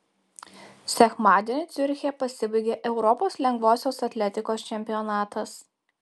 sekmadienį ciuriche pasibaigė europos lengvosios atletikos čempionatas